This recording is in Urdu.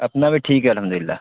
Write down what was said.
اپنا بھی ٹھیک ہے الحمد للہ